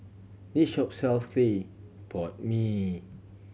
this shop sells clay pot mee